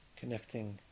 connecting